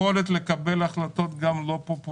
-- והכי נפוצה באוצר זו יכולת לקבל גם החלטות לא פופולריות.